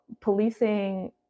policing